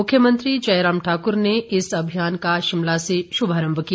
मुख्यमंत्री जयराम ठाकुर ने इस अभियान का शिमला से शुभारम्भ किया